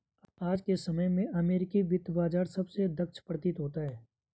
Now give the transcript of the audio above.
आज के समय में अमेरिकी वित्त बाजार सबसे दक्ष प्रतीत होता है